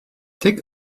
tek